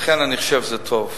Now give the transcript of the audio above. לכן אני חושב שזה טוב.